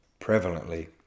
prevalently